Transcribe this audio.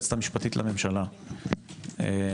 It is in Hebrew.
ליועצת המשפטית לממשלה בדרישה